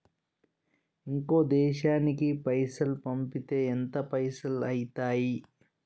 ఇంకో దేశానికి పైసల్ పంపితే ఎంత పైసలు అయితయి?